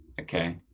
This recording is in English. Okay